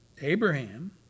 Abraham